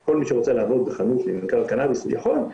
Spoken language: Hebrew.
שכל מי שרוצה לעבוד בחנות לממכר קנאביס יכול,